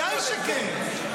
ודאי שכן.